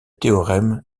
théorème